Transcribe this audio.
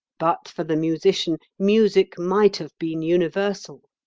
but for the musician, music might have been universal.